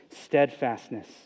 steadfastness